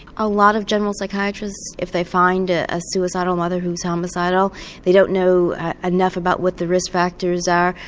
a lot of general psychiatrists if they find ah a suicidal mother who's homicidal they don't know enough about what the risk factors are,